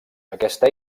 aquesta